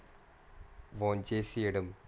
oh cheesy இடம்:idam